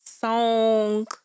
song